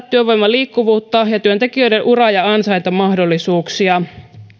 työvoiman liikkuvuutta ja työntekijöiden ura ja ansaintamahdollisuuksia